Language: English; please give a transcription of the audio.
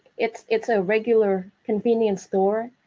it's it's a regular convenience store,